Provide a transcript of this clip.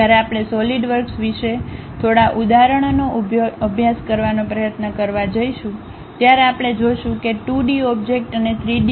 જ્યારે આપણે સોલિડવર્ક્સ વિશે થોડા ઉદાહરણોનો અભ્યાસ કરવાનો પ્રયત્ન કરવા જઈશું ત્યારે આપણે જોશું કે 2 ડી ઓબ્જેક્ટ અને 3 ડી